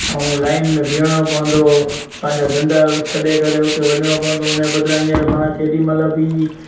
ऐं लाईन में बीहणो पवंदो हो पंहिंजा धंधा छॾे करे उते वञिणो पवंदो हो उन जे बदिरां हींअर पाण केॾी महिल बि